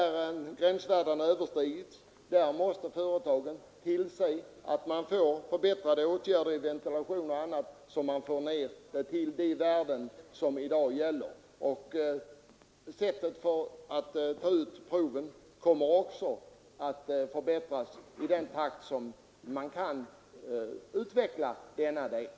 I de fall där gränsvärdena överskridits måste företagen tillse att man vidtar åtgärder i form exempelvis av bättre ventilation, så att man kommer ner till de gränsvärden som skall gälla enligt anvisningarna. Provtagningen kommer också att förbättras i den takt som man kan utveckla tekniskt sett.